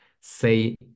say